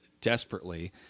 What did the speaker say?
desperately